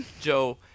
Joe